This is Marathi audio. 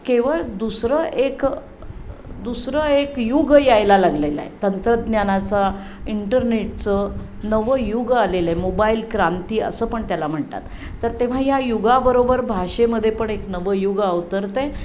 केवळ दुसरं एक दुसरं एक युग यायला लागलेला आहे तंत्रज्ञानाचा इंटरनेटचं नवं युग आलेलं आहे मोबाईल क्रांती असं पण त्याला म्हणतात तर तेव्हा या युगाबरोबर भाषेमध्ये पण एक नवं युग अवतरतं आहे